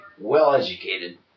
well-educated